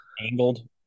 angled